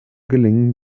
gelingen